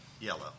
Yellow